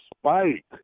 Spike